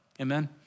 Amen